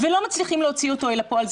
ולא מצליחים להוציא אותו לפועל.